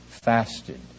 Fasted